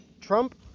trump